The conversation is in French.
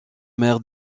mère